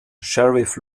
sheriff